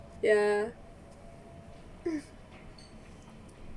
ya